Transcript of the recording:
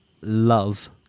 Love